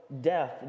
death